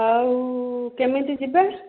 ଆଉ କେମିତି ଯିବା